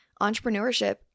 entrepreneurship